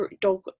dog